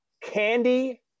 candy